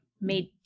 made